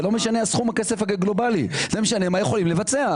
סכום הכסף הגלובלי לא משנה אלא מה יכולים לבצע.